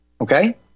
Okay